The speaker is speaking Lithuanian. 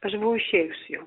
aš išėjus jau